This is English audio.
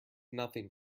nothing